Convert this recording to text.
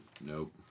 Nope